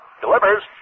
Delivers